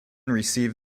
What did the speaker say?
received